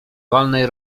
walnej